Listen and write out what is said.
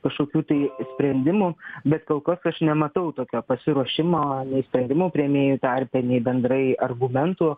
kažkokių tai sprendimų bet kol kas aš nematau tokio pasiruošimo nei sprendimų priėmėjų tarpe nei bendrai argumentų